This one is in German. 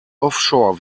offshore